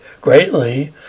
greatly